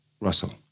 Russell